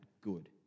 good